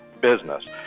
business